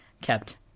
kept